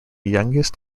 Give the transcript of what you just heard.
youngest